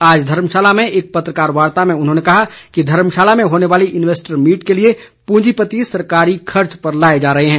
आज धर्मशाला में एक पत्रकार वार्ता में उन्होंने कहा कि धर्मशाला में होने वाली इनवेस्टर मीट के लिए पूजींपति सरकारी खर्च पर लाए जा रहे है